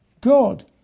God